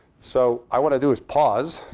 so i want to do is pause,